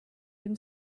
him